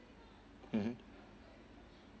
mmhmm